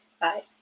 Bye